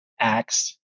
acts